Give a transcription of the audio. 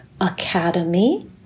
Academy